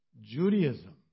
Judaism